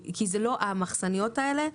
המחסניות האלה,